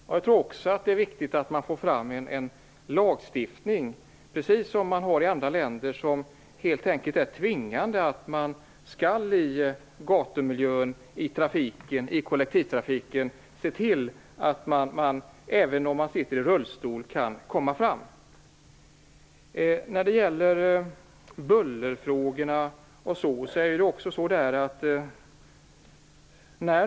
Det är också viktigt att få fram en tvingande lagstiftning, precis som i andra länder, så att man ser till att även de som sitter i rullstol kan komma fram i gatumiljön och kollektivtrafiken.